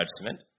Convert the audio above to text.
judgment